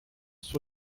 sur